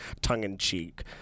tongue-in-cheek